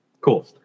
cool